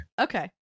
Okay